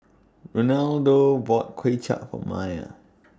Renaldo bought Kuay Chap For Myer